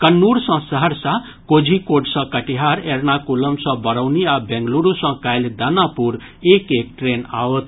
कन्नूर सॅ सहरसा कोझिकोड सॅ कटिहार एर्नाकुलम सॅ बरौनी आ बंगलूरू सॅ काल्हि दानापुर एक एक ट्रेन आओत